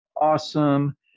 awesome